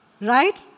Right